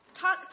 talk